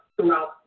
throughout